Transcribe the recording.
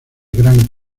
gran